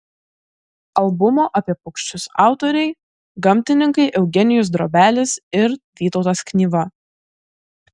albumo apie paukščius autoriai gamtininkai eugenijus drobelis ir vytautas knyva